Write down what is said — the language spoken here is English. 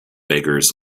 beggars